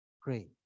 Pray